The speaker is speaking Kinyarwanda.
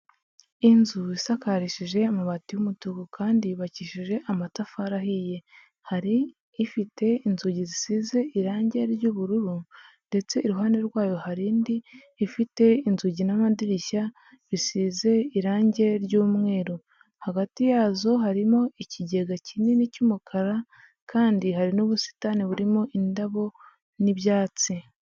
Inzu isakarishije amabati y'umutuku kandi yubakishije amatafari ahiye, hari ifite inzugi zisize irange ry'ubururu ndetse iruhande rwayo hari indi ifite inzugi n'amadirishya bisize irange ry'umweru, hagati yazo harimo ikigega kinini cy'umukara kandi hari n'ubusitani burimo indabo n'ibyatsi.